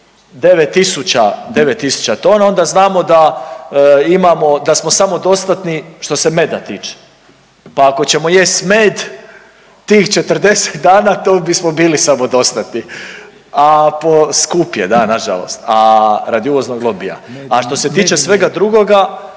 9000 tona, onda znamo da imamo, da smo samodostatni što se meda tiče. Pa ako ćemo jesti med tih 40 dana to bismo bili samodostatni. Skup je da, na žalost radi uvoznog lobija. A što se tiče svega drugoga